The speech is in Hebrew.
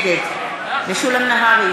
משולם נהרי,